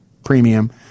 premium